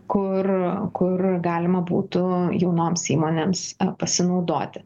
kur kur galima būtų jaunoms įmonėms pasinaudoti